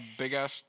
big-ass